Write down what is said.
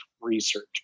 research